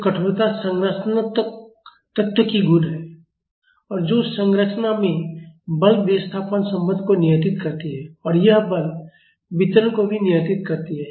तो कठोरता संरचनात्मक तत्व की गुण है और जो संरचना में बल विस्थापन संबंध को नियंत्रित करती है और यह बल वितरण को भी नियंत्रित करती है